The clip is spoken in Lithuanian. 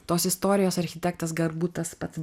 tos istorijos architektas galbūt tas pats